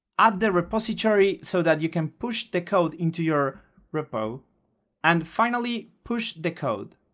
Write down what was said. add the repository so that you can push the code into your repo and finally push the code